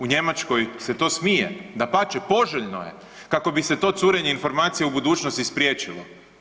U Njemačkoj se to smije, dapače poželjno je kako bi se to curenje informacija u budućnosti spriječilo.